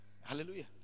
hallelujah